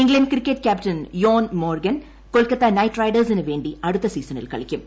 England cricket captain Eoin Morgan Kolkata Knight റൈഡേഴ്സിന് വേണ്ടി അടുത്ത സീസണിൽ കളിക്കും